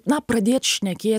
na pradėt šnekėt